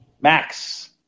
Max